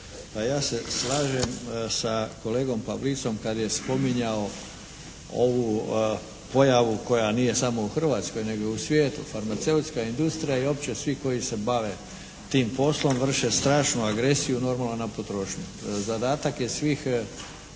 Pa ja se slažem sa kolegom Pavlicom kad je spominjao ovu pojavu koja nije samo u Hrvatskoj, nego i u svijetu. Farmaceutska industrija i uopće svi koji se bave tim poslom vrše strašnu agresiju normalno na potrošnju. Zadatak je svih